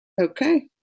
okay